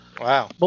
wow